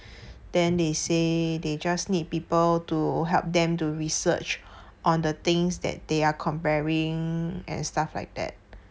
then they say they just need people to help them to research on the things that they are comparing and stuff like that